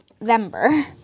November